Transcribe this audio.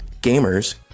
gamers